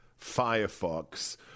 firefox